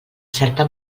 certa